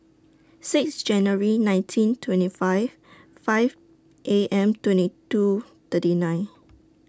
six January nineteen twenty five five A M twenty two thirty nine